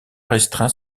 restreint